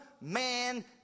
man